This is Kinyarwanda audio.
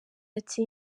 ati